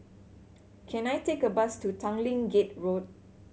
can I take a bus to Tanglin Gate Road